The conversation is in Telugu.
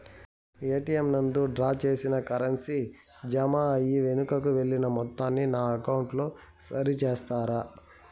ఎ.టి.ఎం నందు డ్రా చేసిన కరెన్సీ జామ అయి వెనుకకు వెళ్లిన మొత్తాన్ని నా అకౌంట్ లో సరి చేస్తారా?